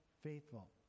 faithful